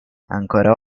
ancora